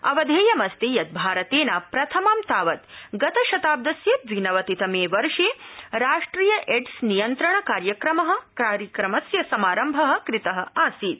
अवधेयमस्ति यतु भारतेन प्रथमं तावतु गतशताब्दस्य द्विनवतितमे वर्षे राष्ट्रिय एड्स नियंत्रण कार्यक्रमस्य समारम्भ कृत आसीत्